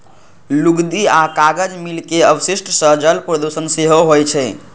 लुगदी आ कागज मिल के अवशिष्ट सं जल प्रदूषण सेहो होइ छै